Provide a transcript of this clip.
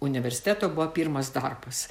universiteto buvo pirmas darbas